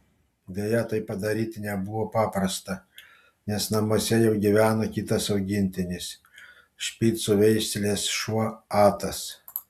deja tai padaryti nebuvo paprasta nes namuose jau gyveno kitas augintinis špicų veislės šuo atas